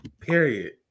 Period